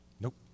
Nope